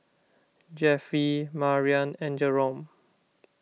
Jeffie Marian and Jerome